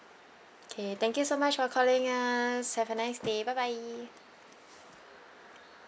K thank you so much for calling us have a nice day bye bye